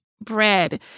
bread